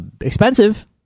Expensive